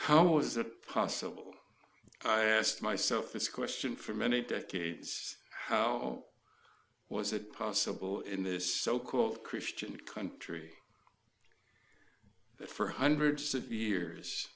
how is it possible i asked myself this question for many decades how was it possible in this so called christian country that for hundreds of years